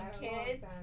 kids